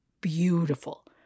beautiful